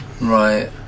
Right